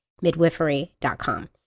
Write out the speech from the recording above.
midwifery.com